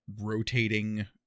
rotating